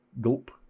Gulp